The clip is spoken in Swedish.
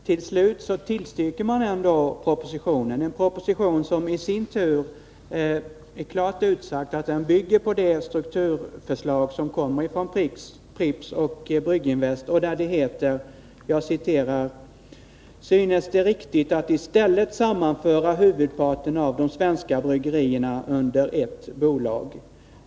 Till slut tillstyrker man ändå propositionen, som klart uttalat bygger på det strukturförslag som kommer från Pripps och Brygginvest och där det heter: ”-—-— synes det riktigt att i stället sammanföra huvudparten av de svenska bryggerierna under ett bolag”.